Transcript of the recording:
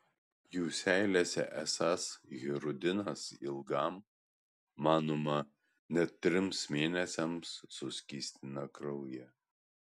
jų seilėse esąs hirudinas ilgam manoma net trims mėnesiams suskystina kraują